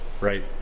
Right